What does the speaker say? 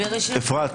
אפרת.